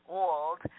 old